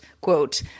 quote